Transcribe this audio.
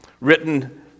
written